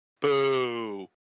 Boo